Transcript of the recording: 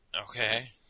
Okay